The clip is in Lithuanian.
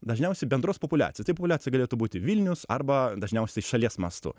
dažniausiai bendros populiacijos tai populiacija galėtų būti vilnius arba dažniausiai šalies mastu